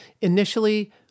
initially